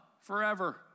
forever